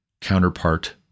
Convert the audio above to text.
counterpart